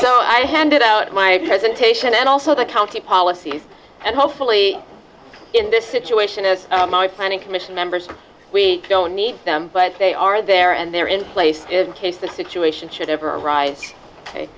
so i handed out my presentation and also the county policies and hopefully in this situation is planning commission members we don't need them but they are there and they're in place in case the situation should ever arise ok